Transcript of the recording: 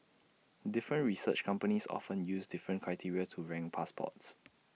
different research companies often use different criteria to rank passports